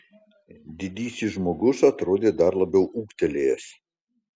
didysis žmogus atrodė dar labiau ūgtelėjęs